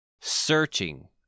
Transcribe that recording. searching